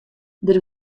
der